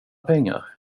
pengar